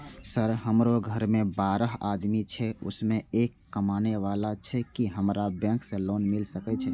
Sir हमरो घर में बारह आदमी छे उसमें एक कमाने वाला छे की हमरा बैंक से लोन मिल सके छे?